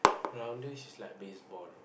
rounders is like baseball